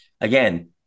again